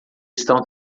estão